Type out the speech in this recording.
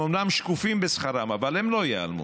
הם אומנם שקופים בשכרם, אבל הם לא ייעלמו.